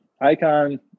Icon